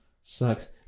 Sucks